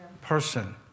person